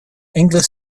english